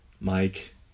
Mike